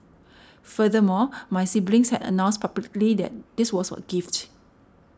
furthermore my siblings had announced publicly that this was a gift